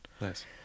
nice